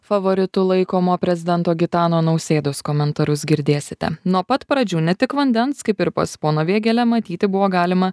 favoritu laikomo prezidento gitano nausėdos komentarus girdėsite nuo pat pradžių ne tik vandens kaip ir pas poną vėgėlę matyti buvo galima